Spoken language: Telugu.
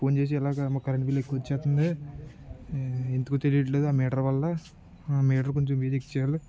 ఫోన్ చేసి ఇలాగ మా కరెంట్ బిల్ ఎక్కువ వస్తుంది ఇందుకు తెలిట్లేదు ఆ మీటర్ వల్ల ఆ మీటర్ కొంచెం మ్యూజిక్ చేయాలి